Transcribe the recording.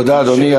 תודה, אדוני.